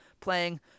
playing